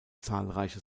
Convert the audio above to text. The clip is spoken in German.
zahlreiche